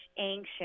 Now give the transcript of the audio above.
anxious